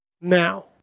Now